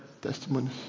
Testimonies